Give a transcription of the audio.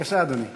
יושב-ראש ועדת